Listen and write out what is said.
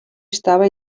estava